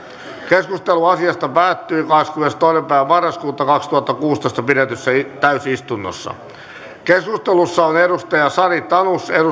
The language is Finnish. keskustelu asiasta päättyi kahdeskymmenestoinen yhdettätoista kaksituhattakuusitoista pidetyssä täysistunnossa keskustelussa on sari tanus